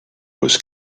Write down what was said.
was